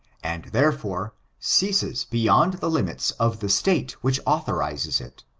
and, therefore, ceases beyond the limits of the state which authorizes it.